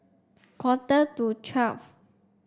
quarter to twelve